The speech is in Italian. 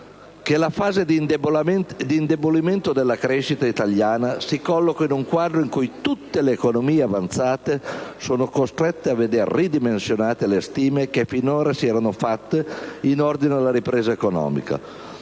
la fase di indebolimento della crescita italiana si colloca in un quadro in cui tutte le economie avanzate sono costrette a veder ridimensionate le stime che finora si erano fatte in ordine alla ripresa economica,